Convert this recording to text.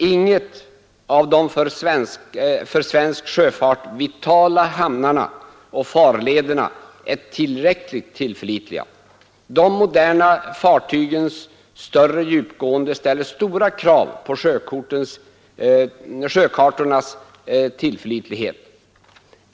Inga av de för svensk sjöfart vitala hamnarna och farlederna är tillräckligt tillförlitliga. De moderna fartygens större djupgående ställer stora krav på sjökartornas tillförlitlighet.